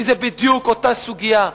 כי זו בדיוק אותה סוגיה.